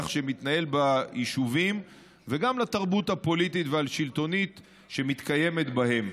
שמתנהל ביישובים וגם לתרבות הפוליטית והשלטונית שמתקיימת בהם.